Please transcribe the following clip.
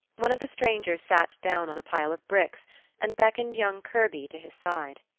one of the strangers sat down on a pile of bricks and beckoned young kirby to his side.